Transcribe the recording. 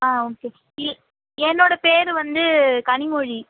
on okay இ என்னோட பேர் வந்து கனிமொழி